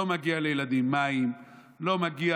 לא מגיע